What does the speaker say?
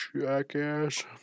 Jackass